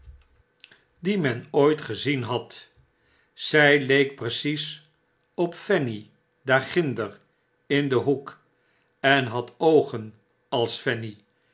die men ooit gezien had zy leek precies op fanny daar ginder in den hoek en had oogen als